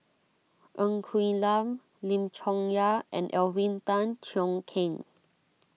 Ng Quee Lam Lim Chong Yah and Alvin Tan Cheong Kheng